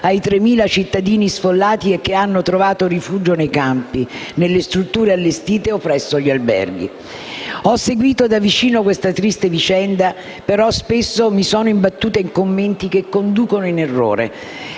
ai 3.000 cittadini sfollati che hanno trovato rifugio nei campi, nelle strutture allestite o presso gli alberghi. Ho seguito da vicino questa triste vicenda, però spesso mi sono imbattuta in commenti che inducono in errore.